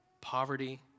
poverty